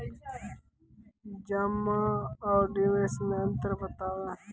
जमा आर निवेश मे अन्तर बताऊ?